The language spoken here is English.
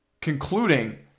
concluding